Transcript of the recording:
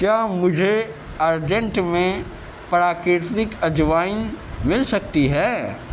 کیا مجھے ارجنٹ میں پراکرتک اجوائن مل سکتی ہے